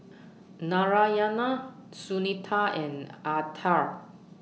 Narayana Sunita and Atal